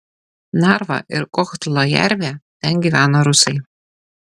narva ir kohtla jervė ten gyvena rusai